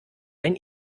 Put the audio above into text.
ein